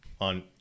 On